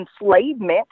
enslavement